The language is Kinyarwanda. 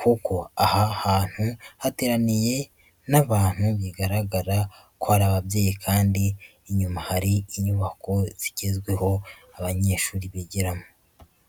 kuko aha hantu hateraniye n'abantu bigaragara ko ari ababyeyi, kandi inyuma hari inyubako zigezweho abanyeshuri bigiramo.